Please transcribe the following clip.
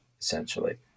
essentially